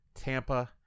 Tampa